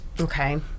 Okay